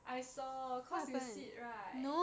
I saw cause you sit right